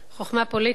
חוכמה פוליטית,